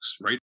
right